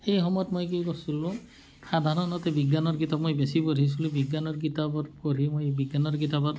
সেই সময়ত মই কি কৰিছিলোঁ সাধাৰণতে বিজ্ঞানৰ কিতাপ মই বেছি পঢ়িছিলোঁ বিজ্ঞানৰ কিতাপত পঢ়ি মই বিজ্ঞানৰ কিতাপত